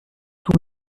tout